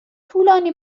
طولانی